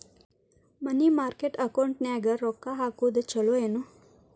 ಮನಿ market ಅಕೌಂಟಿನ್ಯಾಗ ರೊಕ್ಕ ಹಾಕುದು ಚುಲೊ ಏನು